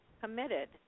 committed